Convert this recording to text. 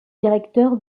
directeur